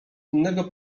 innego